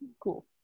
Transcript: Cool